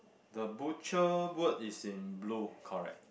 the butcher boot is in blue correct